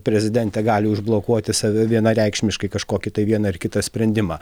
prezidentė gali užblokuoti save vienareikšmiškai kažkokį tai vieną ar kitą sprendimą